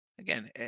Again